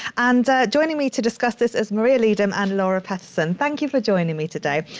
and joining me to discuss this is maria leedham and laura paterson thank you for joining me today.